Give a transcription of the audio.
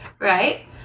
right